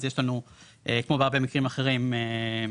אז יש לנו כמו בהרבה מקרים אחרים הגבלה